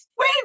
Wait